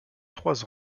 trois